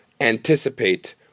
anticipate